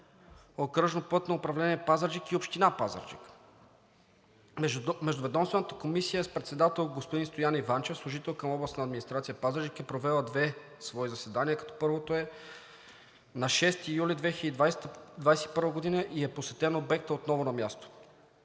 Окръжно пътно управление – Пазарджик, и Община Пазарджик. Междуведомствената комисия с председател господин Стоян Иванчев, служител към Областната администрация в Пазарджик е провела две свои заседания, като първото е на 6 юли 2021 г. и е посетен обектът отново на място.